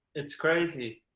it's crazy.